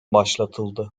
başlatıldı